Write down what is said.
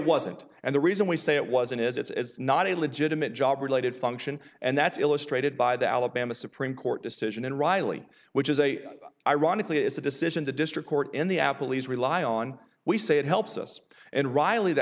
wasn't and the reason we say it wasn't is it's not a legitimate job related function and that's illustrated by the alabama supreme court decision in riley which is a ironically is the decision the district court in the apple e's rely on we say it helps us and riley the